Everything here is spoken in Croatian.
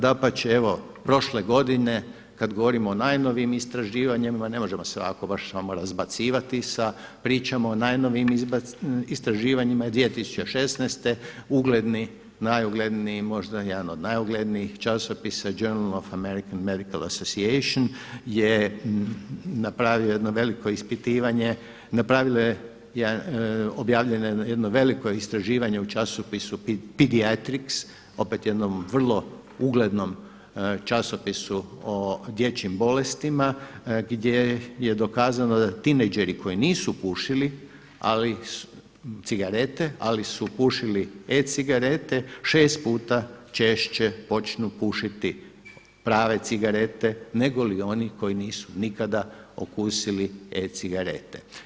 Dapače, evo prošle godine, kada govorimo o najnovijim istraživanjima, ne možemo se ovako baš samo razbacivati sa pričama o najnovijim istraživanjima i 2016. ugledni, najugledniji možda, jedan od najuglednijih časopisa Journal American Medical Association je napravio jedno veliko ispitivanje, napravilo je jedan, objavljeno je jedno veliko istraživanje u časopisu Pediatrics, opet jednom vrlo uglednom časopisu o dječjim bolestima gdje je dokazano da tineđeri koji nisu pušili cigarete, ali su pušili e-cigarete 6 puta češće počnu pušiti prave cigarete nego li oni koji nisu nikada okusili e-cigarete.